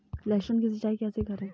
लहसुन की सिंचाई कैसे करें?